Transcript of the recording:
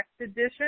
edition